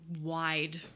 wide